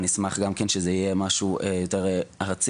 אני אשמח שזה יהיה גם כן משהו יותר ארצי.